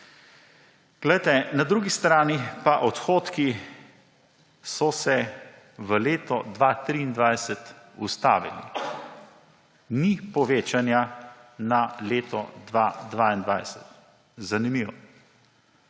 Na drugi strani pa odhodki so se v letu 2023 ustavili. Ni povečanja na leto 2022. Zanimivo!